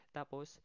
Tapos